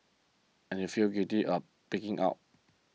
and you feel guilty of pigging out